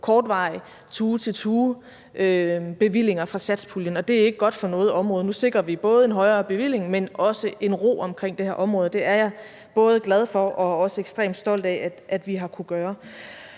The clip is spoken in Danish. kortvarige tue til tue-bevillinger fra satspuljen, og det er ikke godt for noget område. Nu sikrer vi både en højere bevilling, men også en ro omkring det her område. Det er jeg både glad for og ekstremt stolt af at vi har kunnet gøre.